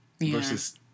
versus